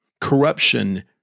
corruption